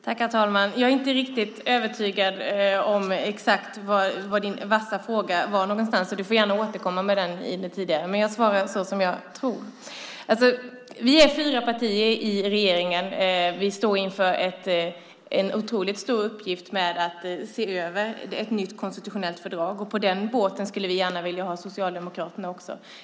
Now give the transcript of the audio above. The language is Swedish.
Herr talman! Jag är inte riktigt övertygad om exakt var Max Anderssons vassa fråga var någonstans. Du får gärna återkomma med den. Men jag svarar så som jag tror. Vi är fyra partier i regeringen. Vi står inför en otroligt stor uppgift med att se över ett nytt konstitutionellt fördrag. På den båten skulle vi gärna vilja ha med Socialdemokraterna också.